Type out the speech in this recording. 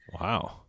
Wow